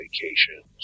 vacations